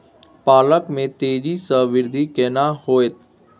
पालक में तेजी स वृद्धि केना होयत?